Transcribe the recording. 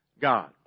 God